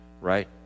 right